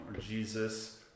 Jesus